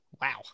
Wow